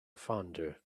fonder